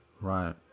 Right